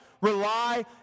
rely